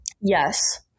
yes